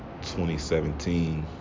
2017